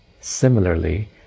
similarly